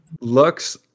Lux